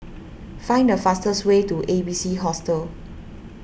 find the fastest way to A B C Hostel